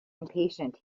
impatient